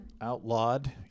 outlawed